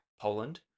Poland